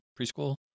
preschool